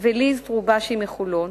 וליז טרובישי מחולון